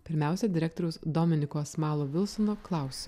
pirmiausia direktoriaus dominiko asmalo vilsono klausiu